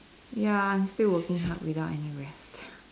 ya I'm still working hard without any rest